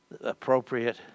appropriate